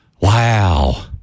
Wow